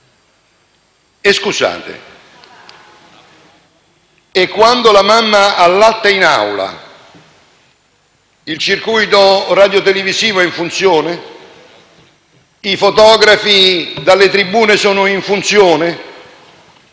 Scusate, ma quando la mamma allatta in Aula il circuito radiotelevisivo è in funzione? I fotografi dalle tribune svolgono